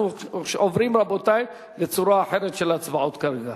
אנחנו עוברים, רבותי, לצורה אחרת של הצבעות כרגע,